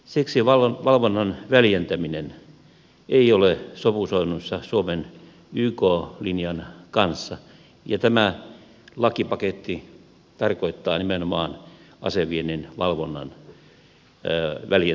siksi valvonnan väljentäminen ei ole sopusoinnussa suomen yk linjan kanssa ja tämä lakipaketti tarkoittaa nimenomaan aseviennin valvonnan väljentämistä